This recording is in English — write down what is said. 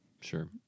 Sure